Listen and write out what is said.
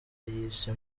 y’isi